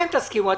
תסכימו.